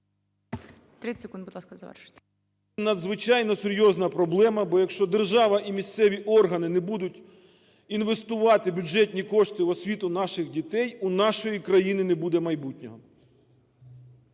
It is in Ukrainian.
30 секунд, будь ласка, завершити. МЕДУНИЦЯ О.В. Надзвичайно серйозна проблема. Бо якщо держава і місцеві органи не будуть інвестувати бюджетні кошти в освіту наших дітей, у нашої країни не буде майбутнього.